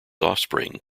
offspring